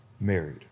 Married